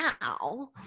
now